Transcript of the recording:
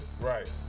Right